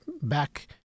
back